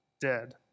dead